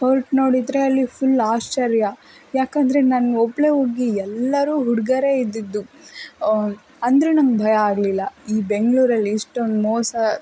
ಹೊರ್ಟು ನೋಡಿದರೆ ಅಲ್ಲಿ ಫುಲ್ ಆಶ್ಚರ್ಯ ಯಾಕಂದರೆ ನಾನು ಒಬ್ಬಳೇ ಹುಡ್ಗಿ ಎಲ್ಲರೂ ಹುಡುಗರೇ ಇದ್ದಿದ್ದು ಅಂದರೂ ನಂಗೆ ಭಯ ಆಗಲಿಲ್ಲ ಈ ಬೆಂಗಳೂರಲ್ಲಿ ಇಷ್ಟೊಂದು ಮೋಸ